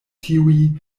tiuj